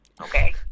Okay